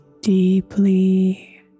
deeply